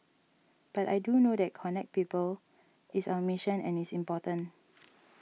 but I do know that connect people is our mission and it's important